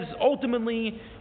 ultimately